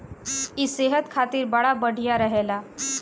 इ सेहत खातिर बड़ा बढ़िया रहेला